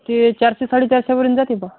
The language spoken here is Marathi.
ते चारशे साडे चारशेपर्यंत जाते बा